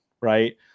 Right